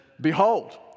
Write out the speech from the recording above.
behold